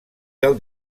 del